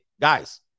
guys